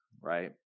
right